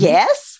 Yes